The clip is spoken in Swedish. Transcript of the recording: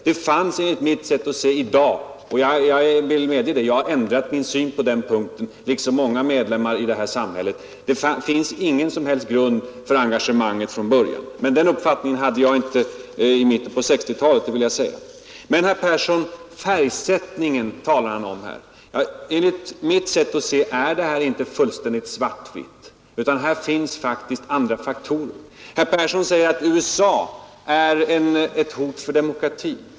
Det fanns, enligt mitt sätt att se i dag — jag vill medge att jag ändrat min syn på den punkten sedan mitten av 1960-talet, liksom många medlemmar i det här samhället — ingen som helst grund för detta engagemang från början. Herr Persson talar om färgsättningen. Detta problem är inte fullständigt svart-vitt, här finns faktiskt andra faktorer. Herr Persson säger också att USA är ett hot mot demokratin.